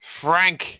frank